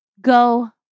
go